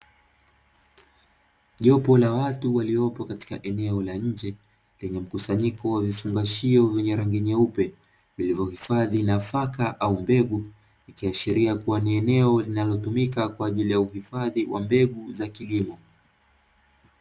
Jopo la watu waliopo katika eneo la nje, lenye mkusanyiko wa vifungashio vyenye rangi nyeupe vilivyohifadhi nafaka au mbegu, ikiashiria kuwa ni eneo linalotumika kwa ajili ya uhifadhi wa mbegu za kilimo.